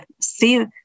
see